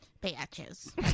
batches